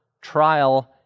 trial